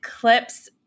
clips